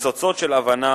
ניצוצות של הבנה